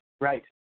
Right